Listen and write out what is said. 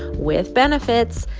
with benefits,